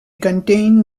contain